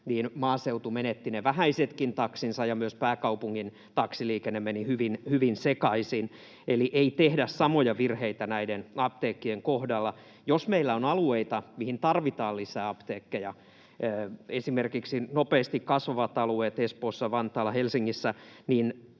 niin maaseutu menetti ne vähäisetkin taksinsa ja myös pääkaupungin taksiliikenne meni hyvin sekaisin. Eli ei tehdä samoja virheitä näiden apteekkien kohdalla. Jos meillä on alueita, mihin tarvitaan lisää apteekkeja, esimerkiksi nopeasti kasvavat alueet Espoossa, Vantaalla ja Helsingissä,